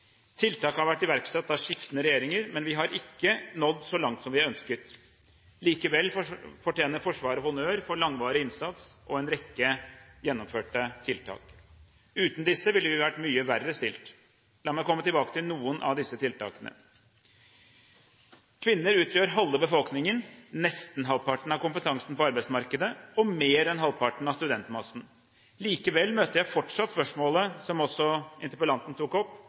Tiltak har vært iverksatt av skiftende regjeringer, men vi har ikke nådd så langt som vi ønsket. Likevel fortjener Forsvaret honnør for langvarig innsats og en rekke gjennomførte tiltak. Uten disse ville vi ha vært mye verre stilt. La meg komme tilbake til noen av disse tiltakene. Kvinner utgjør halve befolkningen – nesten halvparten av kompetansen på arbeidsmarkedet og mer enn halvparten av studentmassen. Likevel møter jeg fortsatt spørsmålet, som også interpellanten tok opp,